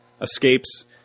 escapes